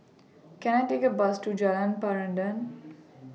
Can I Take A Bus to Jalan Peradun